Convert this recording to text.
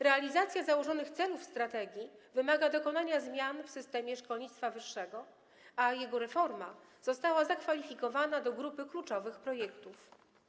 Realizacja założonych celów strategii wymaga dokonania zmian w systemie szkolnictwa wyższego, a jego reforma została zakwalifikowana do grupy kluczowych projektów.